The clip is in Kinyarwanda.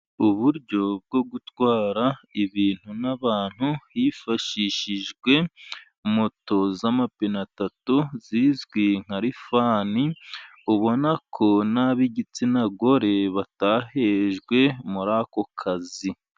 Uburyo bwo gutwara ibintu n'abantu hifashishijwe moto z'amapine atatu zizwi nka lifani, ubona ko n'ab'igitsina gore batahejwe muri ako kazi.